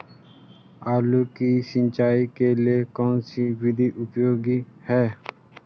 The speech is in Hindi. आलू की सिंचाई के लिए कौन सी विधि उपयोगी है?